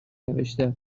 نوشته